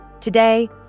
Today